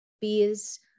bees